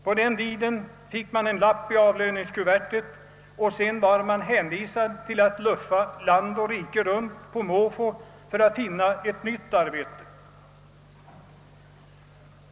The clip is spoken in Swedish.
På den tiden fick man en lapp i avlöningskuvertet och sedan var man hänvisad till att luffa land och rike runt på måfå för att finna ett nytt arbete.